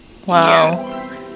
wow